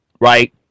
right